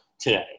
today